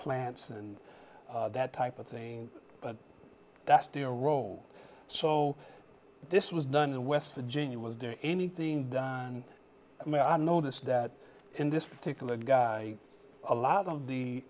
plants and that type of thing but that's the a role so this was done in west virginia was there anything i mean i notice that in this particular guy a lot of the